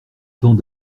temps